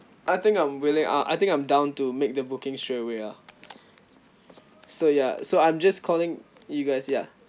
I think I'm willing uh I think I'm down to make the booking straightaway lah so ya so I'm just calling you guys ya